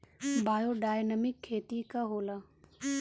Biodynamic खेती का होला?